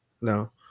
No